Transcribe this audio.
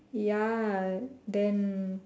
ya then